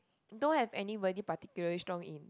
don't have anybody particularly strong in